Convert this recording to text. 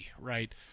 right